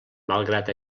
malgrat